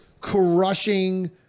crushing